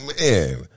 Man